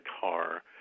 car